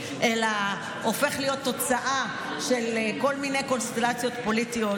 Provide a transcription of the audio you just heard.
אלא הופך להיות תוצאה של כל מיני קונסטלציות פוליטיות,